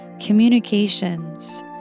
communications